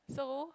so